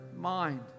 mind